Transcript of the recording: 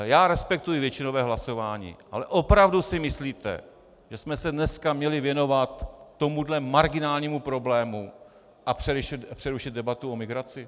Já respektuji většinové hlasování, ale opravdu si myslíte, že jsme se dneska měli věnovat tomuhle marginálnímu problému a přerušit debatu o migraci?